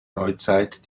neuzeit